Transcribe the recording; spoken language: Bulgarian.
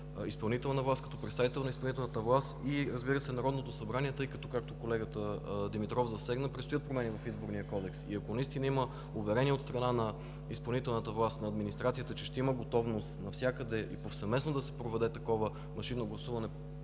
като изпълнителната власт, като представител на изпълнителната власт, и, разбира се, Народното събрание, тъй като, както колегата Димитров засегна, предстоят промени в Изборния кодекс. Ако има уверения от страна на изпълнителната власт, на администрацията, че ще има готовност навсякъде повсеместно да се проведе машинно гласуване